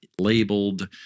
labeled